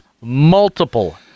multiple